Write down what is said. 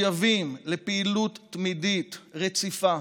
מחויבים לפעילות תמידית, רציפה,